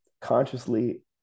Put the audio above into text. consciously